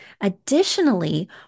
Additionally